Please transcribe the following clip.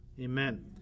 Amen